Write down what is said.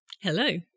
Hello